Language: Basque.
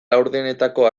laurdenetako